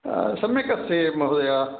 सम्यक् अस्मि महोदय